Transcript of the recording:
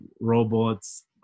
robots